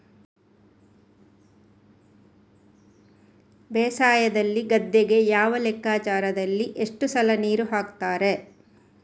ಬೇಸಾಯದಲ್ಲಿ ಗದ್ದೆಗೆ ಯಾವ ಲೆಕ್ಕಾಚಾರದಲ್ಲಿ ಎಷ್ಟು ಸಲ ನೀರು ಹಾಕ್ತರೆ?